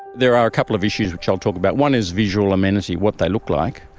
there are a couple of issues which i'll talk about, one is visual amenity, what they look like.